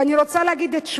ואני רוצה להגיד את שמותיהם: